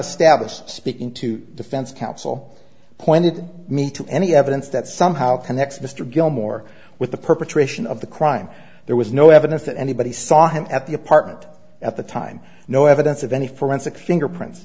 established speaking to defense counsel pointed me to any evidence that somehow connects mr gilmore with the perpetration of the crime there was no evidence that anybody saw him at the apartment at the time no evidence of any forensic fingerprints